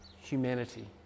humanity